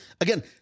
again